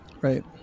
Right